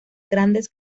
grandes